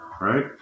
right